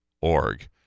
org